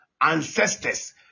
Ancestors